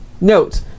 Note